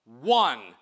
one